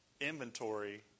inventory